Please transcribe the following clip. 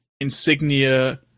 insignia